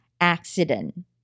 accident